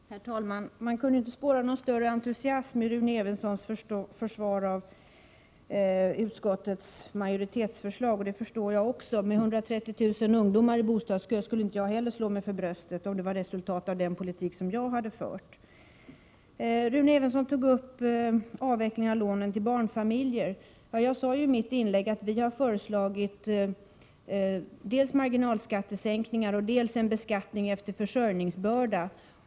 Herr talman! Man kunde inte spåra någon större entusiasm i Rune Evenssons försvar av utskottets majoritetsförslag. Det kan jag förstå. Med 130 000 ungdomar i bostadskö skulle inte heller jag slå mig för bröstet om denna kö var resultatet av den politik jag hade fört. Rune Evensson tog upp avveckling av lånen till barnfamiljer för köp av egnahem. I mitt inlägg sade jag att vi har föreslagit dels marginalskattesänkningar, dels en beskattning efter försörjningsbörda.